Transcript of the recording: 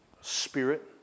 spirit